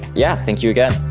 yeah, thank you again.